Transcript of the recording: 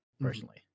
personally